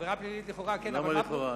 למה לכאורה?